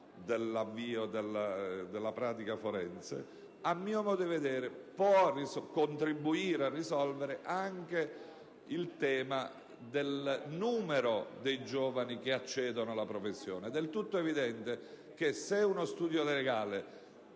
dall'avvio della pratica forense), a mio modo di vedere può contribuire a risolvere anche il tema del numero dei giovani che accedono alla professione. È del tutto evidente che se uno studio legale